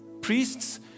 Priests